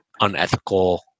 unethical